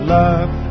love